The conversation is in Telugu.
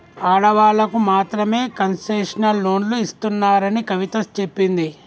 ఆడవాళ్ళకు మాత్రమే కన్సెషనల్ లోన్లు ఇస్తున్నారని కవిత చెప్పింది